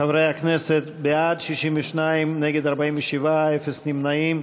חברי הכנסת, בעד, 62, נגד, 47, אפס נמנעים.